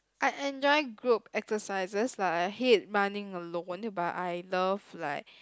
I enjoy group exercises lah I hate running alone but I love like